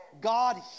God